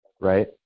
right